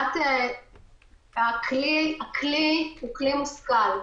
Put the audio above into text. הכלי הוא כלי מושכל.